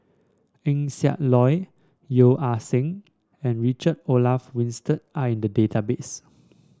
Eng Siak Loy Yeo Ah Seng and Richard Olaf Winstedt are in the database